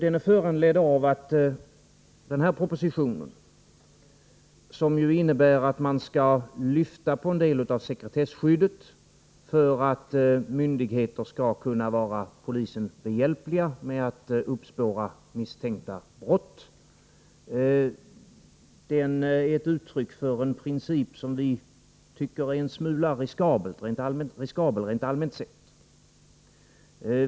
Propositionen innebär att man skall lyfta på en del av sekretesskyddet för att myndigheter skall kunna vara polisen behjälpliga med att uppspåra misstänkta brott. Det är uttryck för en princip som vi tycker är en smula riskabel, rent allmänt sett.